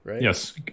Yes